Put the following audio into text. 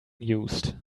used